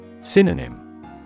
Synonym